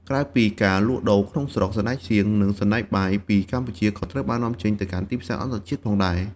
ក្រៅពីការលក់ដូរក្នុងស្រុក សណ្តែកសៀង និងសណ្តែកបាយ ពីកម្ពុជាក៏ត្រូវបាននាំចេញទៅកាន់ទីផ្សារអន្តរជាតិផងដែរ។